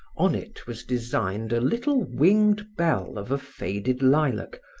on it was designed a little winged bell of a faded lilac,